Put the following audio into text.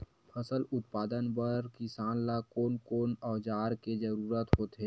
फसल उत्पादन बर किसान ला कोन कोन औजार के जरूरत होथे?